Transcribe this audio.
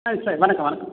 ஆ சரி வணக்கம் வணக்கம்